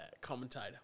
commentator